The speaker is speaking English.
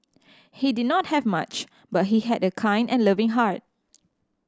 he did not have much but he had a kind and loving heart